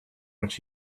which